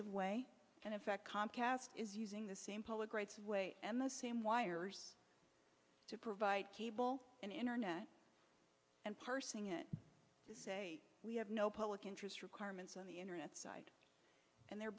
of way and in fact comcast is using the same public rights way and the same wires to provide cable and internet and parsing it to say we have no public interest requirements on the internet site and they